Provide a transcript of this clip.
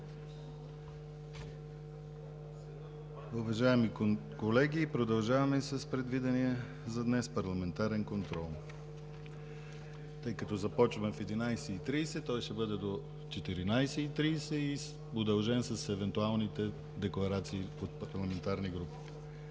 Уважаеми колеги, продължаваме с предвидения за днес: ПАРЛАМЕНТАРЕН КОНТРОЛ. Тъй като започваме в 11,30 ч., той ще бъде до 14,30 ч., удължен с евентуалните декларации от парламентарни групи.